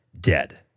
dead